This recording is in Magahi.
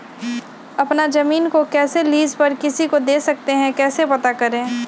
अपना जमीन को कैसे लीज पर किसी को दे सकते है कैसे पता करें?